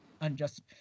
unjust